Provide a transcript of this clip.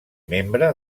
membre